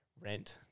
rent